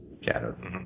Shadows